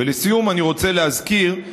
ולסיום אני רוצה להזכיר,